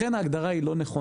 לכן ההגדרה היא לא נכונה.